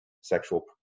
sexual